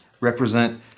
represent